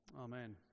Amen